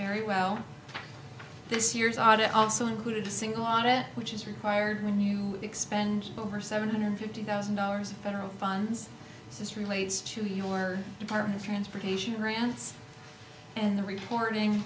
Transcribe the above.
very well this year's audit also included a single on it which is required when you expend over seven hundred fifty thousand dollars of federal funds this relates to your department of transportation rants and the reporting